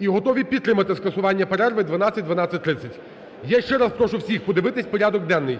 і готові підтримати скасування перерви 12:00-12:30. Я ще раз прошу всіх подивитися порядок денний.